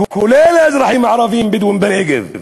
כולל לגבי האזרחים הערבים-בדואים בנגב.